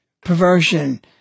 perversion